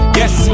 yes